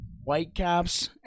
Whitecaps